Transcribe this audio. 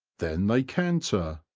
then they canter,